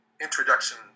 introduction